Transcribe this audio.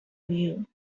you